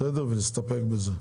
ונסתפק בזה.